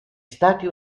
stati